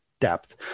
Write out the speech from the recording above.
depth